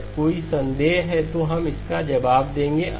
यदि कोई संदेह है तो हम इसका जवाब देंगे